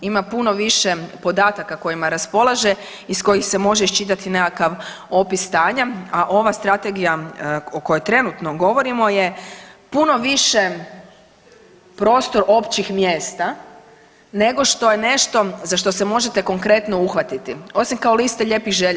Ima puno više podataka kojima raspolaže iz kojih se može iščitati nekakav opis stanja, a ova strategija o kojoj trenutno govorimo je puno više prostor općih mjesta nego što je nešto za što se možete konkretno uhvatiti osim kao liste lijepih želja.